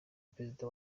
perezida